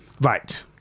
right